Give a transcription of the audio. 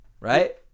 right